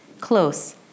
close